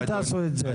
אל תעשו את זה,